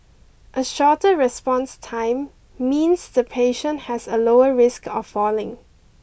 a shorter response time means the patient has a lower risk of falling